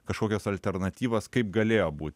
kažkokias alternatyvas kaip galėjo būti